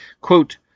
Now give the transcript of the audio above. Quote